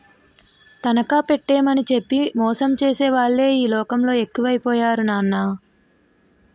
తనఖా పెట్టేమని చెప్పి మోసం చేసేవాళ్ళే ఈ లోకంలో ఎక్కువై పోయారు నాన్నా